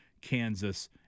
Kansas